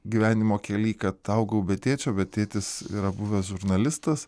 gyvenimo kely kad augau be tėčio bet tėtis yra buvęs žurnalistas